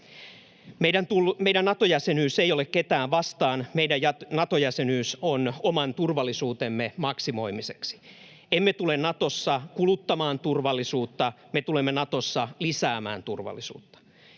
Meidän Nato-jäsenyytemme ei ole ketään vastaan, meidän Nato-jäsenyytemme on oman turvallisuutemme maksimoimiseksi. Emme tule Natossa kuluttamaan turvallisuutta, me tulemme Natossa lisäämään turvallisuutta,